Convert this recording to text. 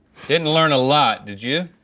didn't learn a lot, did you?